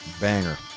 Banger